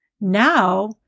now